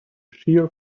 shear